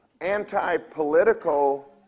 anti-political